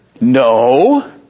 no